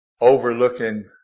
overlooking